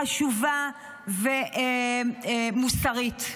חשובה ומוסרית.